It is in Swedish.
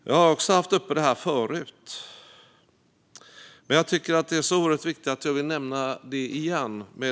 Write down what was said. Jag har tagit upp detta tidigare, men jag tycker att det är så oerhört viktigt att jag vill nämna det igen.